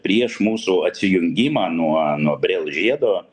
prieš mūsų atsijungimą nuo nuo brell žiedo